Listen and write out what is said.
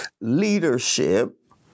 leadership